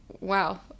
wow